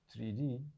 3d